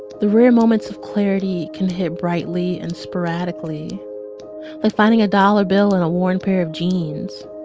the rare moments of clarity can hit brightly and sporadically, like finding a dollar bill in a worn pair of jeans.